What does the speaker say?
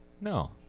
No